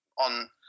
on